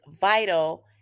vital